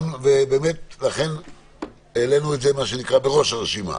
לכן העלינו את זה לראש הרשימה.